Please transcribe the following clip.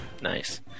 Nice